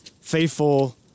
faithful